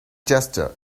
gesture